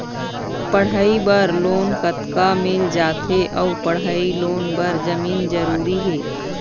पढ़ई बर लोन कतका मिल जाथे अऊ पढ़ई लोन बर जमीन जरूरी हे?